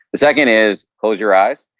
the second is close your eyes.